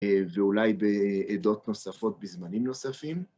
ואולי בעדות נוספות בזמנים נוספים.